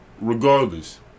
Regardless